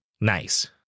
Nice